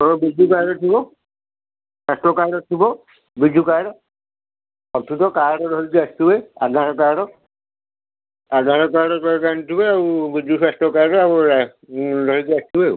ତମର ବିଜୁ କାର୍ଡ଼ ଥିବ ସ୍ୱାସ୍ଥ୍ୟ କାର୍ଡ଼ ଥିବ ବିଜୁ କାର୍ଡ଼ ଅଛି ତ କାର୍ଡ଼ ଧରିକି ଆସିଥିବେ ଆଧାର କାର୍ଡ଼ ଆଧାର କାର୍ଡ଼ ତ ଆଣିଥିବେ ଆଉ ବିଜୁ ସ୍ୱାସ୍ଥ୍ୟ କାର୍ଡ଼ ଆଉ ଧରିକି ଆସିଥିବେ ଆଉ